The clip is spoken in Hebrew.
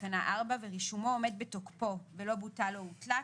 בתקנה 4 ורישומו עומד בתוקפו ולא בוטל או הותלה,